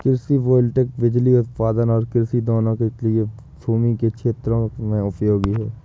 कृषि वोल्टेइक बिजली उत्पादन और कृषि दोनों के लिए भूमि के क्षेत्रों में उपयोगी है